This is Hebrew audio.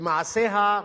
במעשיה,